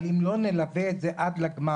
אבל אם לא נלווה את זה עד לגמר,